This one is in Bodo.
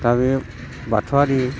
दा बेयो बाथौआरि